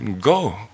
go